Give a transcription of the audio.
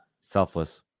Selfless